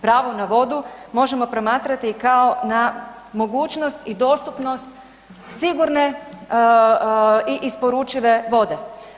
Pravo na vodu možemo promatrati kao na mogućnost i dostupnost sigurne i isporučive vode.